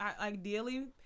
ideally